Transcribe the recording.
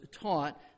taught